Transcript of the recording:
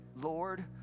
Lord